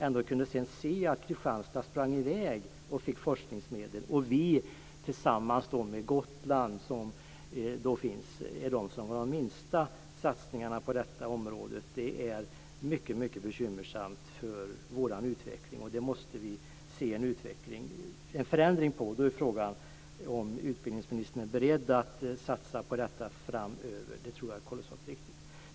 Ändå kunde vi sedan se att Kristianstad sprang i väg och fick forskningsmedel, och vi tillsammans med Gotland har fått de minsta satsningarna. Det är mycket bekymmersamt för vår utveckling. Det måste vi få en ändring på. Då är frågan om utbildningsministern är beredd på denna satsning framöver. Det tror jag är kolossalt viktigt.